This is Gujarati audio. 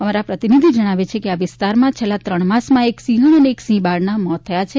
અમારા પ્રતિનિધિ જણાવે છે કે આ વિસ્તારમાં છેલ્લાં ત્રણ માસમાં એક સિંહણ અને એક સિંહબાળના મોત થયા છે